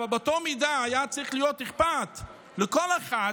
אבל באותה מידה היה צריך להיות אכפת לכל אחד